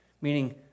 meaning